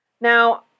Now